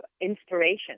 inspiration